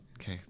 Okay